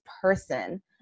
person